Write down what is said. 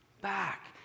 back